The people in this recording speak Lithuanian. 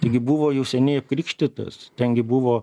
taigi buvo jau seniai apkrikštytas ten gi buvo